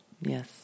yes